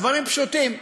הדברים פשוטים.